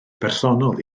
bersonol